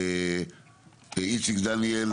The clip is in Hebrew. שאיציק דניאל,